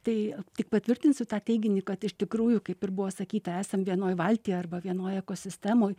tai tik patvirtinsiu tą teiginį kad iš tikrųjų kaip ir buvo sakyta esam vienoj valty arba vienoj ekosistemoj